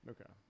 Okay